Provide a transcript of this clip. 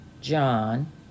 John